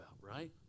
right